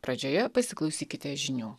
pradžioje pasiklausykite žinių